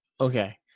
Okay